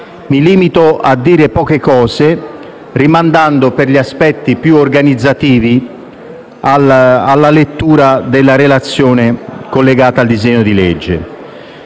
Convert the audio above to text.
Mi limito a dire poche cose, rimandando per gli aspetti più organizzativi alla lettura della relazione collegata al disegno di legge.